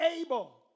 able